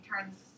turns